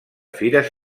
fires